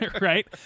Right